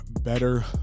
better